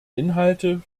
inhalte